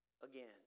again